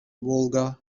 volga